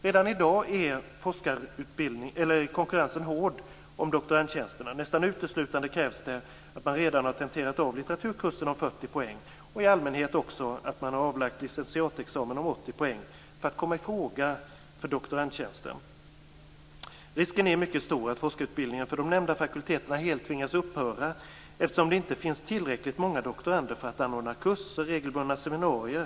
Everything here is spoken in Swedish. Redan i dag är konkurrensen om doktorandtjänsterna hård, och nästan uteslutande krävs att man redan har tenterat av litteraturkursen om 40 poäng och i allmänhet också att man har avlagt licentiatexamen om 80 poäng för att komma i fråga för doktorandtjänsten. Risken är mycket stor att forskarutbildningen på de nämnda fakulteterna helt tvingas upphöra på grund av att det inte kommer att finnas tillräckligt många doktorander för att anordna kurser och regelbundna seminarier.